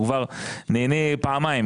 הוא כבר נהנה פעמיים,